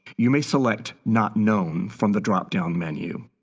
you may select not known from the drop down menu.